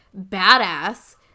badass